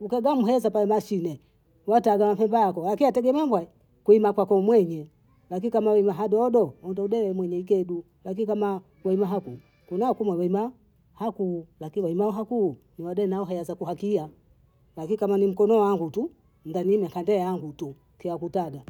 nkagaa muheza pawe mashine, wote wanhiahwi kibako aya pia wategemea mbwai kuima kwako mwenye, lakini kama wewe ni hadodo humdede mwenye ikedu, lakini kama unajua haku unayokumu ya rweimaa hakuu lakini waimaa hakuu ni wado nahayasapu hakia, lakini kama ni mkonoo wangu tu, ndani hii miaka nde yangu tu kya kutada